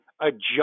adjust